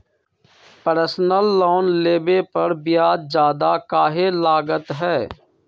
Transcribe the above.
Personal loan लेबे पर ब्याज ज्यादा काहे लागईत है?